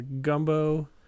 Gumbo